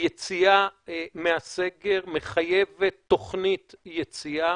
היציאה מהסגר מחייבת תוכנית יציאה,